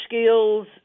skills